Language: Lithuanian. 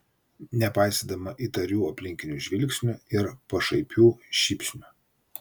nepaisydama įtarių aplinkinių žvilgsnių ir pašaipių šypsnių